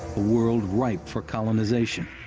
a world ripe for colonization,